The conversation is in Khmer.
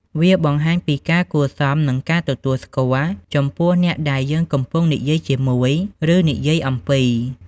វាបង្ហាញពីការគួរសម និងការទទួលស្គាល់ចំពោះអ្នកដែលយើងកំពុងនិយាយជាមួយ ឬនិយាយអំពី។